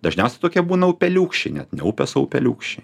dažniausiai tokie būna upeliūkščiai net ne upės o upeliūkščiai